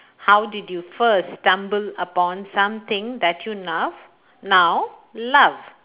how did you first stumbled upon something that you love now love